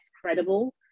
credible